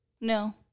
No